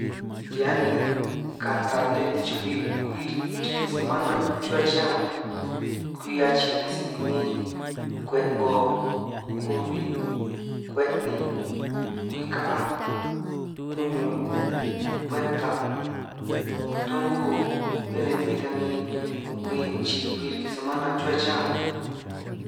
Hiaj ni kata nej ti-chukwi kwi riki semana chuhua chiñán, kwi achii nanj sinin min. Kwe'ngo, kubij, kwe'ninj, kwi ka'anj, kuñun', kwe'tan', kutungu. Bé nej kwi ta min kwi chij kwi riki semana chuhua chiñán.